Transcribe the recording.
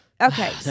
Okay